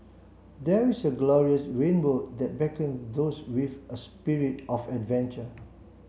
there is a glorious rainbow that beckons those with a spirit of adventure